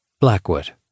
Blackwood